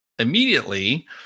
Immediately